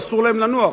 ואסור להם לנוח.